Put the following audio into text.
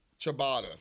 ciabatta